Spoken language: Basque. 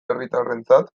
herritarrentzat